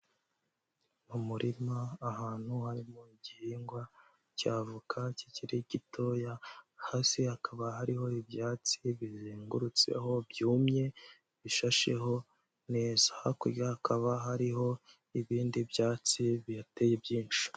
Mumuririma ahantu harimo igihingwa cya avoka kikiri gitoya hasi hakaba hariho ibyatsi bizengurutseho byumye bishasheho neza hakurya hakaba hariho ibindi byatsi bihateye byinshi.